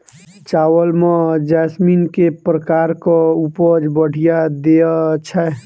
चावल म जैसमिन केँ प्रकार कऽ उपज बढ़िया दैय छै?